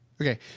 Okay